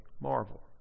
marvel